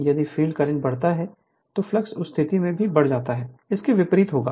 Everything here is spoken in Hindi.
यदि फ़ील्ड करंट बढ़ता है फिर फ्लक्स उस स्थिति में भी बढ़ जाता है इसके विपरीत होगा